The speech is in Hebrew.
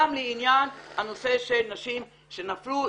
גם לעניין הנושא של נשים שנפלו,